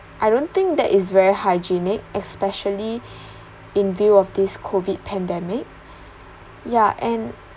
I don't think that is very hygienic especially in view of this COVID pandemic yeah and